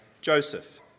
Joseph